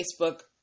Facebook